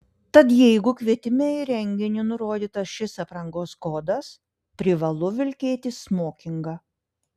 tad jeigu kvietime į renginį nurodytas šis aprangos kodas privalu vilkėti smokingą